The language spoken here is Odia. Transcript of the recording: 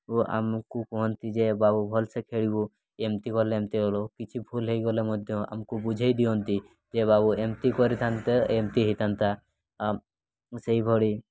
ଓ ଆମକୁ କୁହନ୍ତି ଯେ ବାବୁ ଭଲସେ ଖେଳିବୁ ଏମିତି କଲେ ଏମିତି ହେବ କିଛି ଭୁଲ୍ ହୋଇଗଲେ ମଧ୍ୟ ଆମକୁ ବୁଝାଇ ଦିଅନ୍ତି ଯେ ବାବୁ ଏମିତି କରିଥାନ୍ତେ ଏମିତି ହୋଇଥାନ୍ତା ସେହିଭଳି